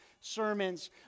sermons